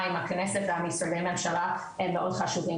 עם הכנסת והמשרדי ממשלה הם מאוד חשובים,